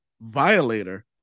Violator